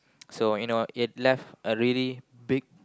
so you know it left a really big